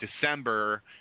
December